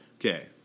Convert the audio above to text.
Okay